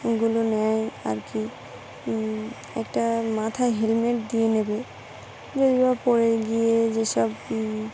ওগুলো নেয় আর কি একটা মাথায় হেলমেট দিয়ে নেবে যে বা পড়ে গিয়ে যেসব